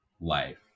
life